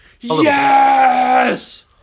Yes